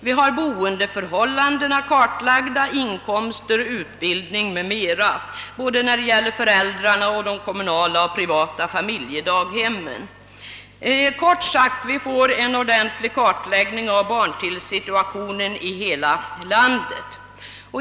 Vi har också boendeförhållandena kartlagda, uppgifter om inkomster och utbildning m.m. både när det gäller föräldrarna och de kommunala och privata familjedaghemmen. Vi får, kort sagt, en ordentlig kartläggning av barntillsynsituationen i hela landet.